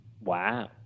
Wow